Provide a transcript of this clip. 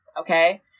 okay